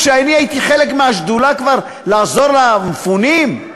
כשאני הייתי חלק מהשדולה לעזור למפונים,